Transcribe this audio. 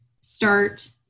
start